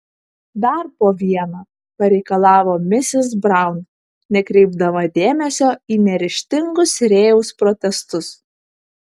dar po vieną pareikalavo misis braun nekreipdama dėmesio į neryžtingus rėjaus protestus